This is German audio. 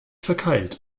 verkeilt